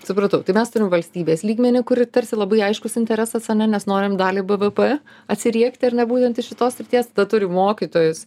supratau tai mes turim valstybės lygmenį kur tarsi labai aiškus interesas nes norim dalį bvp atsiriekt ar ne būtent iš šitos srities tad turim mokytojus